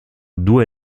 due